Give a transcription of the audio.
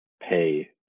pay